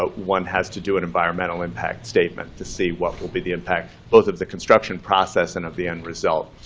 but one has to do an environmental impact statement to see what will be the impact, both of the construction process and of the end result,